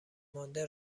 مانده